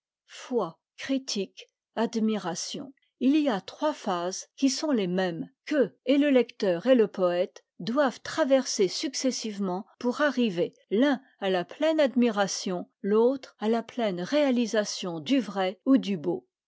foi critique admiration il y a trois phases qui sont les mêmes que et le lecteur et le poète doivent traverser successivement pour arriver l'un à la pleine admiration l'autre à la pleine réalisation du vrai ou du beau